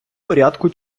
порядку